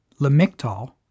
Lamictal